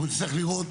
אנחנו נצטרך לראות